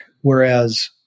Whereas